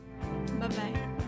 bye-bye